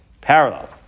parallel